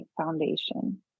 foundation